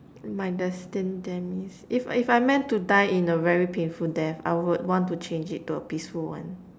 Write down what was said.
my destined demise if I if I'm meant to die in a very painful death I would want to change it to a peaceful one